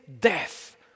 death